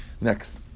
Next